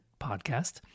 podcast